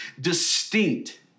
distinct